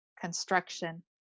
construction